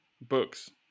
books